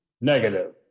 Negative